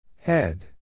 Head